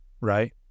right